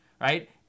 right